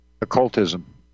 occultism